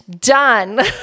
done